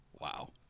wow